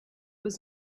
was